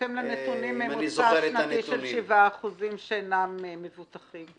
בהתאם לנתונים ממוצע שנתי של 7% שאינם מבוטחים,